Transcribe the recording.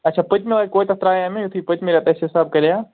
اَچھا پٔتمہِ لٹہِ کوٗتاہ ترٛایاے مےٚ یُتھُے پٔتمہِ لٹہِ اَسہِ حِساب کَریاو